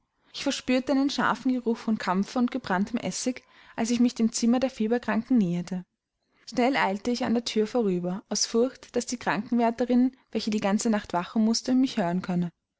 ich verspürte einen scharfen geruch von kampher und gebranntem essig als ich mich dem zimmer der fieberkranken näherte schnell eilte ich an der thür vorüber aus furcht daß die krankenwärterin welche die ganze nacht wachen mußte mich hören könne